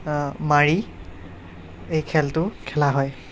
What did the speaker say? মাৰি এই খেলটো খেলা হয়